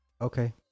Okay